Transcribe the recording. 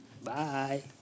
Bye